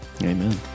Amen